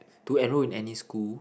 to enroll in any school